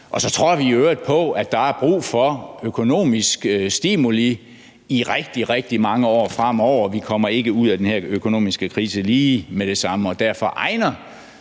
Og så tror vi i øvrigt på, at der er brug for økonomiske stimuli i rigtig, rigtig mange år fremover. Vi kommer ikke ud af den her økonomiske krise lige med det samme, og derfor egner